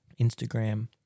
Instagram